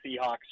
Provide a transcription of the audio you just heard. Seahawks